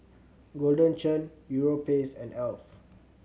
Golden Churn Europace and Alf